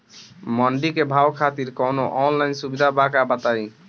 मंडी के भाव खातिर कवनो ऑनलाइन सुविधा बा का बताई?